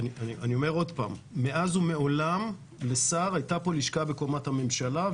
מאז ומעולם לשר הייתה לשכה בקומת הממשלה,